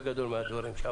אלה היבואנים הגדולים.